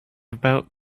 about